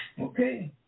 Okay